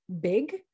Big